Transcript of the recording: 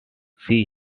see